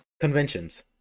Conventions